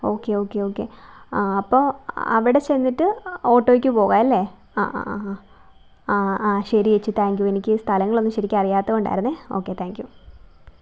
okay okay okay ആ അപ്പോൾ അവിടെ ചെന്നിട്ട് ഓട്ടോയ്ക്ക് പോകാം അല്ലേ ആ ആ ആ ആ ആ ആ ശരിയേച്ചി താങ്ക് യൂ എനിക്ക് സ്ഥലങ്ങളൊന്നും ശരിക്കും അറിയാത്തതുകൊണ്ടായിരുന്നെ ഓക്കെ താങ്ക് യൂ